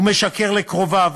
הוא משקר לקרוביו